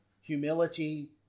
humility